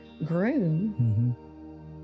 Groom